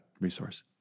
resource